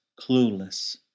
clueless